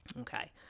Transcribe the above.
okay